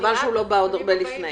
חבל שהוא לא בא עוד הרבה לפני.